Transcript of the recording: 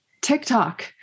TikTok